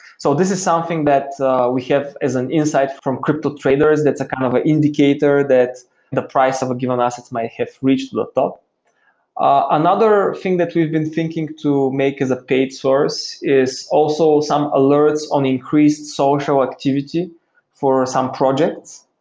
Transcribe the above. so this is something that we have as an insight from crypto traders, that's kind of a indicator that the price of a given asset may have reached the thought another thing that we've been thinking to make as a paid source is also some alerts on increased social activity for some projects.